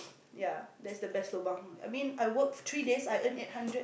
yeah that's the best lobang I mean I work three days I earn eight hundred